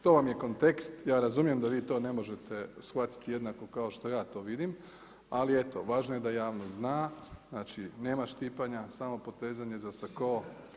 To vam je kontekst, ja razumijem da vi to ne možete shvatiti jednako kao što ja to vidim, ali eto, važno je da javnost zna, znači nema štipanja, samo potezanje za sako.